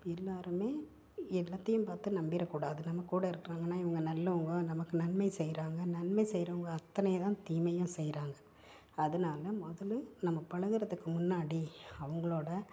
இப்போ எல்லோருமே எல்லாத்தையும் பார்த்து நம்பிடக்கூடாது நம்ம கூட இருக்குறாங்கனால் இவங்க நல்லவங்க நமக்கு நன்மை செய்கிறாங்க நன்மை செய்கிறவங்க அத்தனை தான் தீமையும் செய்கிறாங்க அதனால் மொதல் நம்ம பழக்குறதுக்கு முன்னாடி அவங்களோடய